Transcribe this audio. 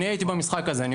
אני הייתי במשחק הזה.